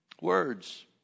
Words